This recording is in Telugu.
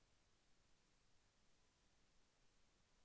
రైతుల మార్కెట్లు, వ్యవసాయ దుకాణాలు, పీ.వీ.ఓ బాక్స్ పథకాలు తెలుపండి?